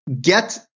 get